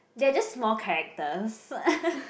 they are just small characters